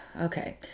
Okay